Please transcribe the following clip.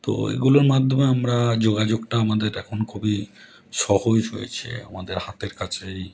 তো এগুলোর মাধ্যমে আমরা যোগাযোগটা আমাদের এখন খুবই সহজ হয়েছে আমাদের হাতের কাছেই